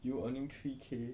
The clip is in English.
you were earning three K